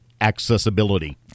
accessibility